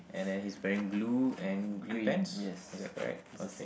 and then he's wearing blue and green pants is that correct okay